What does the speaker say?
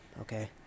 Okay